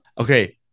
Okay